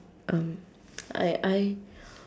um I I